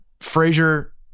Frazier